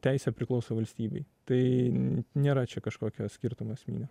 teise priklauso valstybei tai nėra čia kažkokio skirtumo esminio